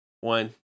one